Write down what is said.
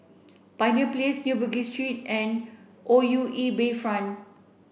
Pioneer Place New Bugis Street and O U E Bayfront